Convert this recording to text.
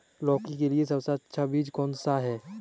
लौकी के लिए सबसे अच्छा बीज कौन सा है?